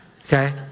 okay